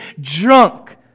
drunk